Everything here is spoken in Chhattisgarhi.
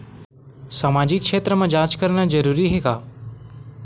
सामाजिक क्षेत्र म जांच करना जरूरी हे का?